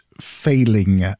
failing